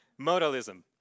Modalism